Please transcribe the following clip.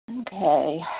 Okay